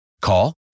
Call